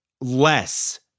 less